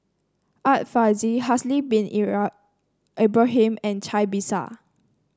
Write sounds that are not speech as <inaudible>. Art Fazil Haslir Bin <unintelligible> Ibrahim and Cai Bixia